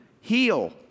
heal